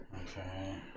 Okay